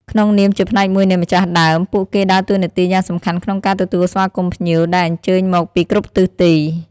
ក្នុងនាមជាផ្នែកមួយនៃម្ចាស់ដើម ពួកគេដើរតួនាទីយ៉ាងសំខាន់ក្នុងការ ទទួលស្វាគមន៍ភ្ញៀវ ដែលអញ្ជើញមកពីគ្រប់ទិសទី។